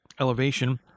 elevation